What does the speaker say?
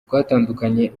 twatandukanye